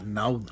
now